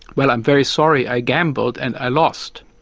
well, i'm very sorry, i gambled and i lost.